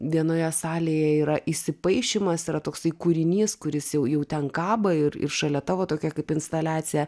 vienoje salėje yra įsipaišymas yra toksai kūrinys kuris jau jau ten kaba ir ir šalia tavo tokia kaip instaliacija